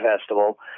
festival